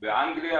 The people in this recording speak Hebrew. באנגליה,